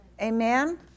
Amen